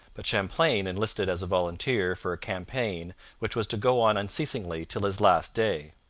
but champlain enlisted as a volunteer for a campaign which was to go on unceasingly till his last day.